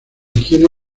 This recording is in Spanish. higiene